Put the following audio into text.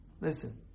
Listen